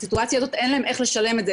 ובסיטואציה הזו אין להם איך לשלם את זה.